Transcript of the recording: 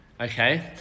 Okay